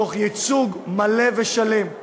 תוך ייצוג מלא ושלם,